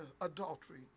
adultery